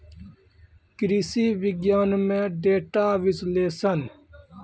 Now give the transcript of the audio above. कृषि विज्ञान में डेटा विश्लेषण